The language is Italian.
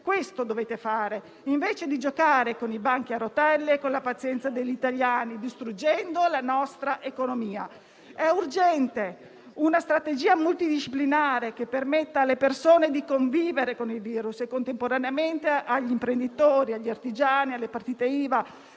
Questo dovete fare invece di giocare con i banchi a rotelle e con la pazienza degli italiani, distruggendo la nostra economia. È urgente una strategia multidisciplinare che permetta alle persone di convivere con il virus e, contemporaneamente, agli imprenditori, agli artigiani, alle partite IVA